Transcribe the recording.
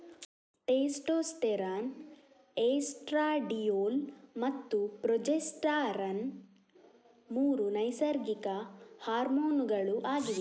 testosterone, estradiol ಮತ್ತೆ progesterone ಮೂರು ನೈಸರ್ಗಿಕ ಹಾರ್ಮೋನುಗಳು ಆಗಿವೆ